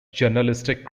journalistic